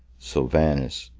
sylvanus,